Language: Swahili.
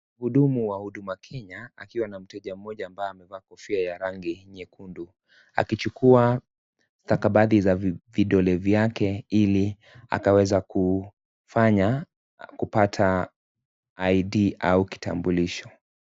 Mhudumu wa huduma kenya akiwa na mteja mmoja ambaye amevaa kofia ya rangi nyekundu akichukua sitakabathi za vidole vyake ili akaweze kufanya kupata ID au kitambulisho.